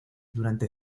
durante